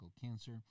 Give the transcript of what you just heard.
Cancer